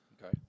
Okay